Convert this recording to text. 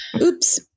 Oops